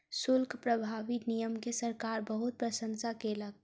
शुल्क प्रभावी नियम के सरकार बहुत प्रशंसा केलक